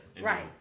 Right